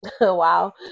wow